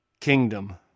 Kingdom